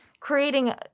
creating